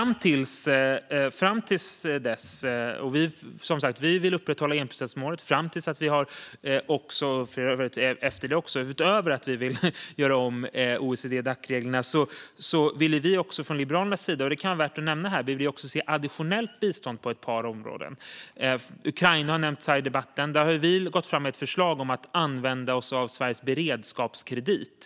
Vi vill som sagt upprätthålla enprocentsmålet fram till dess att OECD-Dacreglerna gjorts om, och för övrigt efter det också. Men utöver att vi vill göra om reglerna vill vi från Liberalernas sida se additionellt bistånd på ett par områden, vilket kan vara värt att nämna här. Ukraina har nämnts i debatten, och där har vi gått fram med ett förslag om att använda oss av Sveriges beredskapskredit.